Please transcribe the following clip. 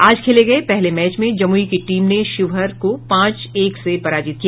आज खेले गये पहले मैच में जमुई की टीम ने शिवहर को पांच एक से पराजित किया